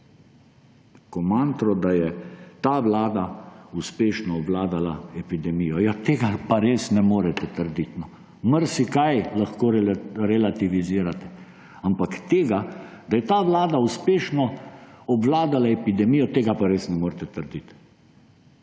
neko mantro, da je ta vlada uspešno obvladala epidemijo. Ja, tega pa res ne morete trditi! Marsikaj lahko relativizirate, ampak tega, da je ta vlada uspešno obvladala epidemijo, tega pa res ne morete trditi.